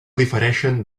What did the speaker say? difereixen